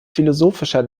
philosophischer